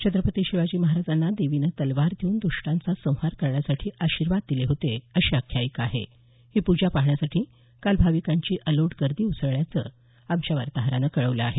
छत्रपती शिवाजी महाराजांना देवीने तलवार देऊन द्ष्टांचा संहार करण्यासाठी आशीर्वाद दिले होते अशी आख्यायिका आहे ही पूजा पाहण्यासाठी काल भाविकांची अलोट गर्दी उसळल्याचं आमच्या वार्ताहरानं कळवलं आहे